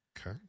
Okay